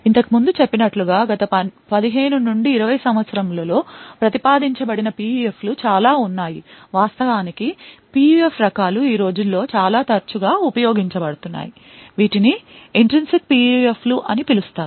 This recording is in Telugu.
ఇంతకు ముందు చెప్పినట్లుగా గత 15 నుండి 20 సంవత్సరములలో ప్రతిపాదించబడిన PUF లు చాలా ఉన్నాయి వాస్తవానికి PUF రకాలు ఈ రోజుల్లో చాలా తరచుగా ఉపయోగించబడుతున్నాయి వీటిని intrinsic PUF లు అని పిలుస్తారు